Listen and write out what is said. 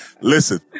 Listen